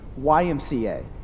YMCA